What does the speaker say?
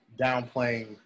downplaying